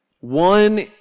one